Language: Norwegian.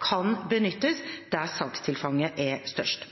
kan benyttes der sakstilfanget er størst.